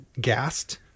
gassed